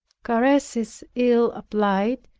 caresses ill applied,